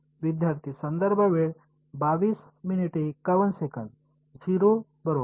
विद्यार्थीः 0 बरोबर